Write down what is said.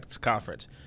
conference